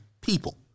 people